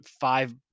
Five